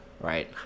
Right